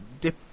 dip